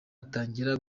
atangira